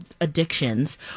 addictions